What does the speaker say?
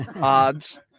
odds